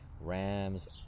Rams